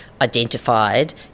identified